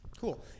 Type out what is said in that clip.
Cool